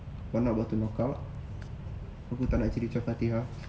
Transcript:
but not about to knockout aku tak nak jadi macam fatihah